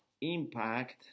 impact